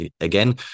again